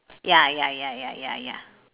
ya ya ya ya ya ya